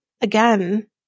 again